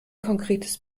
konkretes